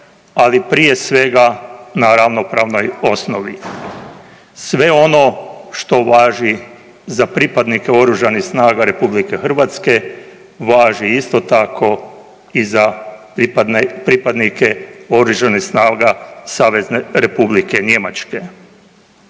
ali prije svega na ravnopravnoj osnovi. Sve ono što važi za pripadnike Oružanih snaga Republike Hrvatske važi isto tako i za pripadnike Oružanih snaga Savezne Republike Njemačke.